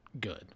good